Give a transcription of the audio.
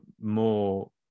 more